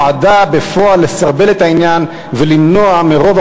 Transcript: נועדה בפועל לסרבל את העניין ולמנוע מרוב